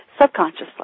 subconsciously